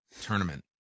tournament